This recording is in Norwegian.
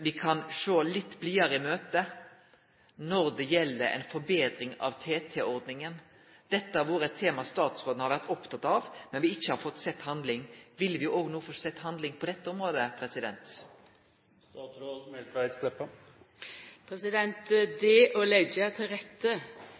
no kan sjå litt blidare i møte ei forbetring av TT-ordninga? Dette har vore eit tema statsråden har vore oppteken av, men me har ikkje sett handling. Vil me no få sjå handling på dette området? Det å leggja til rette